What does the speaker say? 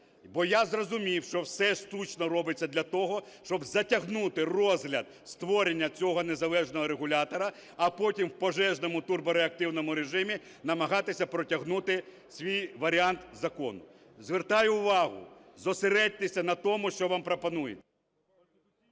Бо я зрозумів, що все штучно робиться для того, щоб затягнути розгляд створення цього незалежного регулятора, а потім в пожежному, турбореактивному режимі намагатися протягнути свій варіант закону. Звертаю увагу: зосередьтеся на тому, що вам пропонують.